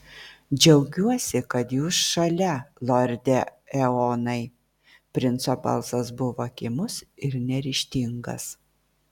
džiaugiuosi kad jūs šalia lorde eonai princo balsas buvo kimus ir neryžtingas